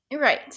Right